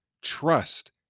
Trust